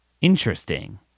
Interesting